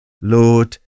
Lord